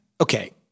Okay